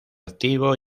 activo